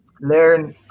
learn